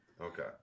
Okay